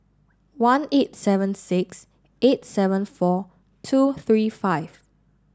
one eight seven six eight seven four two three five